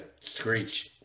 screech